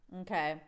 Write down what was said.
okay